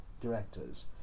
directors